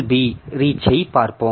B ரீச்சைப் பார்ப்போம்